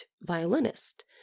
violinist